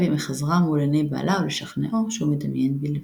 עם מחזרה מול עיני בעלה ולשכנעו שהוא מדמיין בלבד.